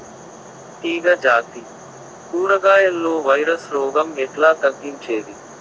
తీగ జాతి కూరగాయల్లో వైరస్ రోగం ఎట్లా తగ్గించేది?